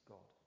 God